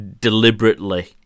deliberately